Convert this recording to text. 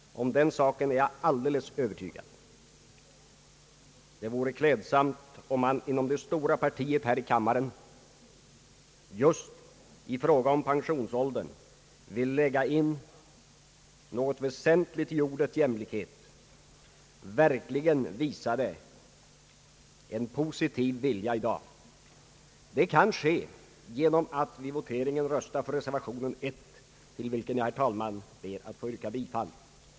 Därom är jag alldeles övertygad. Det vore klädsamt om man inom det stora partiet här i kammaren just i fråga om pensionsåldern ville lägga in något väsentligt i ordet jämlikhet och verkligen visade en positiv vilja i dag. Det kan ske genom att vid voteringen rösta för reservation 1, till vilken jag, herr talman, ber att få yrka bifall.